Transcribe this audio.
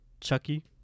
Chucky